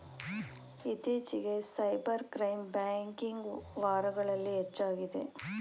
ಇತ್ತೀಚಿಗೆ cyber crime banking ವಾರಗಳಲ್ಲಿ ಹೆಚ್ಚಾಗಿದೆ